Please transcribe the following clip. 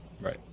Right